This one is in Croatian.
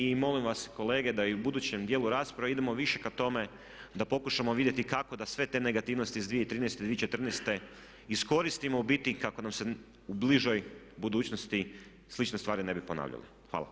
I molim vas kolege da i u budućem dijelu rasprave idemo više ka tome da pokušamo vidjeti kako da sve te negativnosti iz 2013. i 2014. iskoristimo u biti kako nam se u bližoj budućnosti slične svari ne bi ponavljale.